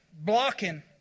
blocking